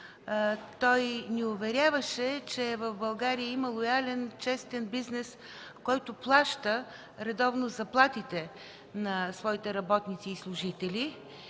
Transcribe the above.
Той ни уверяваше, че в България има лоялен, честен бизнес, който плаща редовно заплатите на своите работници и служители.